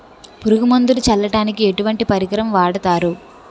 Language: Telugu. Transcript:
పురుగు మందులు చల్లడానికి ఎటువంటి పరికరం వాడతారు?